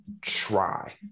try